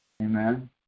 Amen